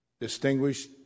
distinguished